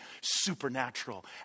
supernatural